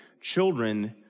children